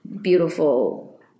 beautiful